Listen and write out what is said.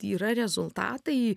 yra rezultatai